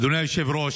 אדוני היושב-ראש,